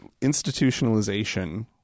institutionalization